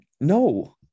No